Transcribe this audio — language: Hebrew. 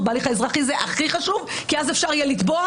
בהליך האזרחי זה הכי חשוב כי אז אפשר יהיה לתבוע,